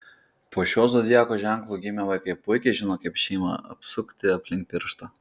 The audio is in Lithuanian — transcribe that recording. po šiuo zodiako ženklu gimę vaikai puikiai žino kaip šeimą apsukti aplink pirštą